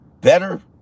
better